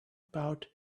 about